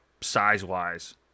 size-wise